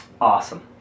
Awesome